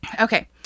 Okay